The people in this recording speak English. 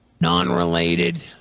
Non-related